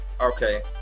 okay